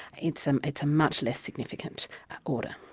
it's um it's a much less significant order.